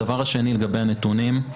לגבי הנתונים,